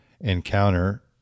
encounter